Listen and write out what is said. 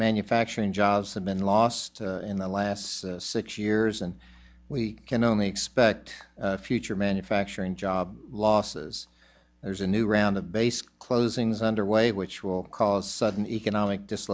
manufacturing jobs have been lost in the last six years and we can only expect future manufacturing job losses there's a new round of base closings underway which will cause sudden economic